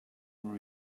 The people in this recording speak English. will